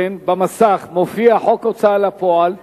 במסך, מופיע חוק ההוצאה לפועל וגם,